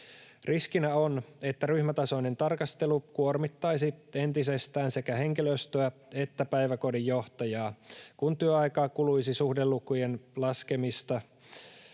Riskinä on, että ryhmätasoinen tarkastelu kuormittaisi entisestään sekä henkilöstöä että päiväkodin johtajaa, kun työaikaa kuluisi suhdelukujen laskemista